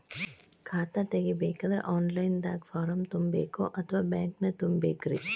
ಖಾತಾ ತೆಗಿಬೇಕಂದ್ರ online ದಾಗ ಫಾರಂ ತುಂಬೇಕೊ ಅಥವಾ ಬ್ಯಾಂಕನ್ಯಾಗ ತುಂಬ ಬೇಕ್ರಿ?